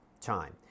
time